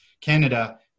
Canada